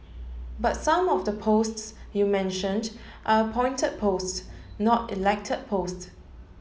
but some of the posts you mentioned are appointed posts not elected post